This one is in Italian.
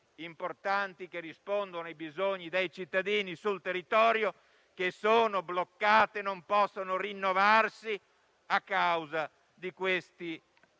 importanti, che rispondono ai bisogni dei cittadini sul territorio, che sono bloccate e non possono rinnovarsi, a causa di questi tempi